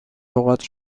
لغات